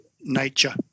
nature